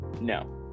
No